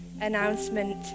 announcement